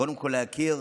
קודם כול, להכיר